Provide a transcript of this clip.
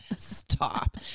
stop